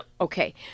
Okay